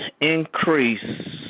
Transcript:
increase